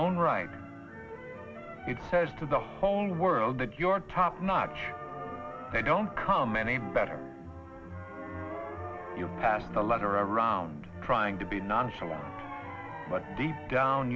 own right it says to the whole world that your top notch they don't come any better your past a lot around trying to be nonchalant but deep down